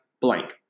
blank